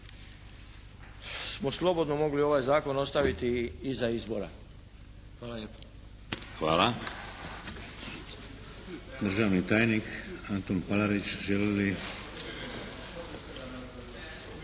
smo slobodno mogli ovaj zakon ostaviti iza izbora. Hvala lijepo.